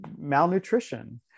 malnutrition